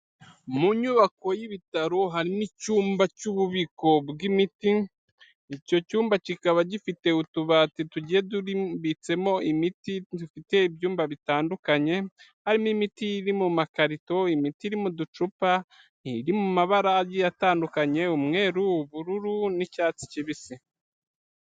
Mu nyubako y'ibitaro hari n'icyumba cy'ububiko bw'imiti, icyo cyumba kikaba gifite utubati tugiye turambitsemo imiti, dufite ibyumba bitandukanye, harimo imiti iri mu makarito, imiti irimo uducupa, iri mu mabara agiye atandukanye umweru, ubururu n'icyatsi kibisi.